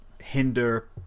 hinder